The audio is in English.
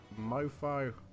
mofo